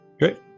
great